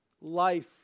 life